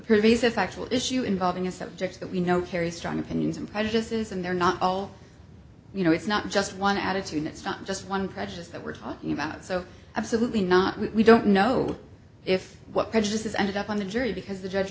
a factual issue involving a subject that we know kerry strong opinions and prejudices and they're not all you know it's not just one attitude it's not just one prejudice that we're talking about so absolutely not we don't know if what prejudice is ended up on the jury because the judge